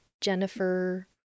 Jennifer